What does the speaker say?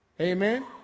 Amen